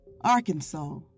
Arkansas